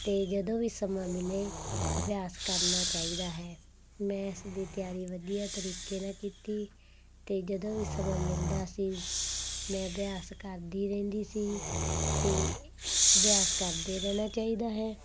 ਅਤੇ ਜਦੋਂ ਵੀ ਸਮਾਂ ਮਿਲੇ ਅਭਿਆਸ ਕਰਨਾ ਚਾਹੀਦਾ ਹੈ ਮੈਂ ਇਸ ਦੀ ਤਿਆਰੀ ਵਧੀਆ ਤਰੀਕੇ ਨਾਲ ਕੀਤੀ ਅਤੇ ਜਦੋਂ ਵੀ ਸਮਾਂ ਮਿਲਦਾ ਸੀ ਮੈਂ ਅਭਿਆਸ ਕਰਦੀ ਰਹਿੰਦੀ ਸੀ ਅਤੇ ਅਭਿਆਸ ਕਰਦੇ ਰਹਿਣਾ ਚਾਹੀਦਾ ਹੈ